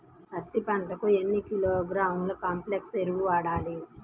పత్తి పంటకు ఎన్ని కిలోగ్రాముల కాంప్లెక్స్ ఎరువులు వాడాలి?